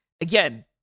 again